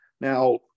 Now